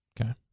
Okay